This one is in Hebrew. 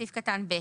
סעיף קטן (ב),